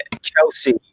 chelsea